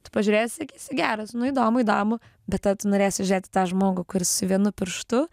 tu pažiūrės sakysi geras nu įdomu įdomu bet ta tu norėsi žiūrėt į tą žmogų kuris vienu pirštu